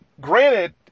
granted